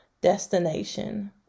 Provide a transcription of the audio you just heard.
destination